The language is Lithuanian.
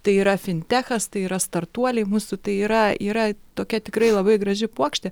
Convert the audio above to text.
tai yra fintechas tai yra startuoliai mūsų tai yra yra tokia tikrai labai graži puokštė